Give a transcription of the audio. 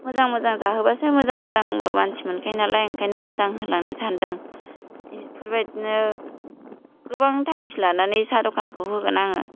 मोजां मोजां जाहोबासो मोजां मोजांबो मानसि मोनखायो नालाय ओंखायनो मोजां होलांनो सान्दों बेफोरबादिनो गोबां थांखि लानानै साहा दखानखौ होगोन आङो